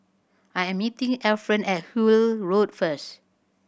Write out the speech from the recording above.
I am meeting Efren at Hullet Road first